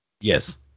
Yes